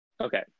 okay